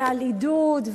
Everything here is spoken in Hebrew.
על עידוד,